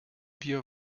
wir